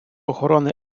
охорони